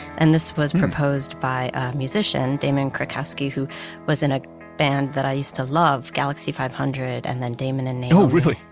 and this was proposed by a musician, damon krukowski, who was in a band that i used to love, galaxie five hundred and then damon and naomi oh really?